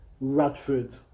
Radford